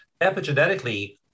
epigenetically